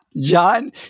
john